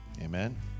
Amen